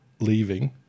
leaving